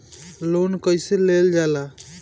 Loan कईसे लेल जाला?